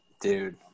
Dude